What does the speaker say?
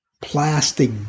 plastic